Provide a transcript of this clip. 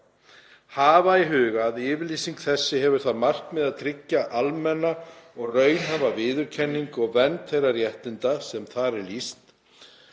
hafa í huga, að yfirlýsing þessi hefur það markmið að tryggja almenna og raunhæfa viðurkenningu og vernd þeirra réttinda, sem þar er lýst;